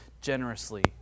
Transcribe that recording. generously